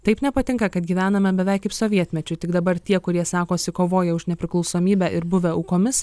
taip nepatinka kad gyvename beveik kaip sovietmečiu tik dabar tie kurie sakosi kovoja už nepriklausomybę ir buvę aukomis